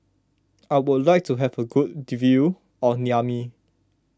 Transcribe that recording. I would like to have a good view of Niamey